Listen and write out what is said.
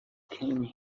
came